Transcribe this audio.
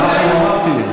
אמרתי.